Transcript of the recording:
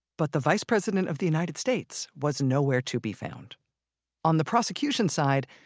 but the vice president of the united states. was nowhere to be found on the prosecution side,